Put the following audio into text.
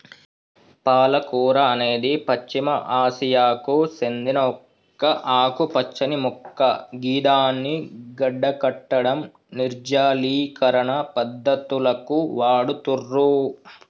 పాలకూర అనేది పశ్చిమ ఆసియాకు సేందిన ఒక ఆకుపచ్చని మొక్క గిదాన్ని గడ్డకట్టడం, నిర్జలీకరణ పద్ధతులకు వాడుతుర్రు